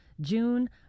June